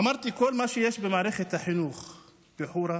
אמרתי: כל מה שיש במערכת החינוך בחורה,